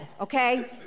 okay